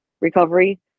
recovery